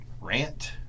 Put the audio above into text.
rant